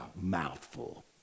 mouthful